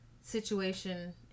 situation